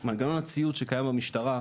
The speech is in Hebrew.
--- למה התפטרה הנציבה האחרונה מהתפקיד?